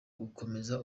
gukomeza